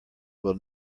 will